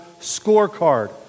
scorecard